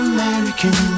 American